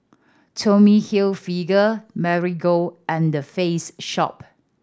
Tommy Hilfiger Marigold and The Face Shop